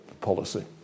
policy